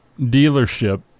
dealership